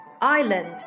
Island